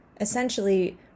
essentially